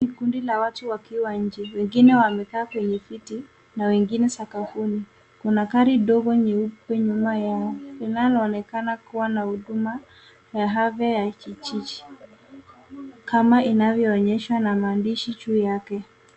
Ni kundi la watu wakiwa nje, wengine wamekaa kwenye viti na wengine sakafuni. Kuna gari dogo nyeupe nyuma yao linaloonekana kuwa na huduma ya afya ya kijiji kama inavyoonyeshwa na maandishi juu yake.